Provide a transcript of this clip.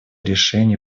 решений